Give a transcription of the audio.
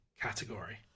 category